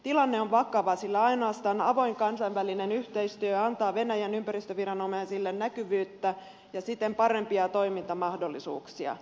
tilanne on vakava sillä ainoastaan avoin kansainvälinen yhteistyö antaa venäjän ympäristöviranomaisille näkyvyyttä ja siten parempia toimintamahdollisuuksia